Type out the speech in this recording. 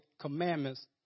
commandments